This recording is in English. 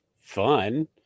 fun